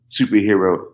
superhero